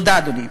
תודה, אדוני.